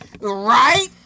Right